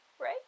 right